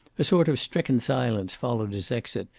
a sort of stricken silence followed his exit,